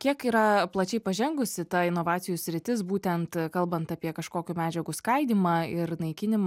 kiek yra plačiai pažengusi ta inovacijų sritis būtent kalbant apie kažkokių medžiagų skaidymą ir naikinimą